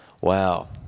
Wow